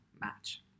match